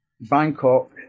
Bangkok